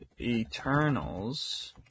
Eternals